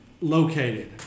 located